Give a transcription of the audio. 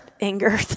anger